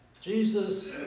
Jesus